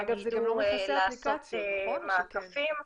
הם ידעו לעשות מעקפים,